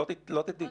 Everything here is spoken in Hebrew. לא תדעי.